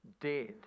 dead